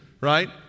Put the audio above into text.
right